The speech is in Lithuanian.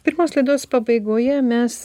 pirmos laidos pabaigoje mes